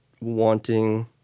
wanting